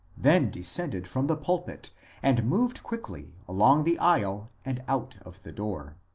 then descended from the pulpit and moved quickly along the aisle and out of the door.